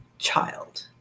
child